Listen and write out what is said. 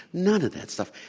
none of that stuff.